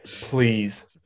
Please